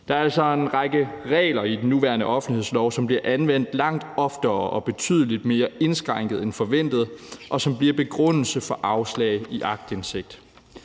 Der er altså en række regler i den nuværende offentlighedslov, som bliver anvendt langt oftere og betydelig mere indskrænket end forventet, og som bliver begrundelse for afslag i aktindsigt.